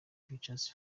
pictures